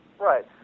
Right